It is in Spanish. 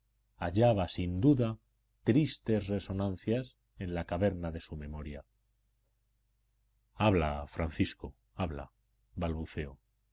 hallaba sin duda tristes resonancias en las cavernas de su memoria habla francisco habla balbuceó